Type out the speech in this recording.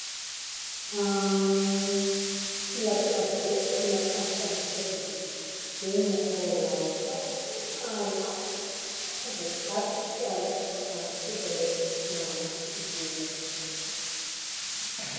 Tilapia be regny miaraka amy pomme frite, regny monko zô lafo e, tegna lafo fô tiako ndraiky, za tegna tià lôko fô za ndraiky allergiquena fruits de mer.